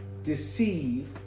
Deceive